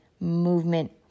movement